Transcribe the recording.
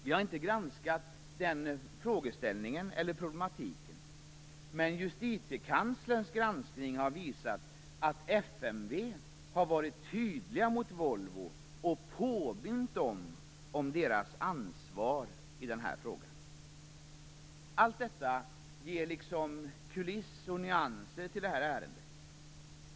Vi har inte granskat den frågeställningen eller problematiken, men Justitiekanslerns granskning har visat att FMV varit tydligt mot Volvo och påmint företaget om dess ansvar i den här frågan. Allt detta ger kuliss och nyanser till detta ärende.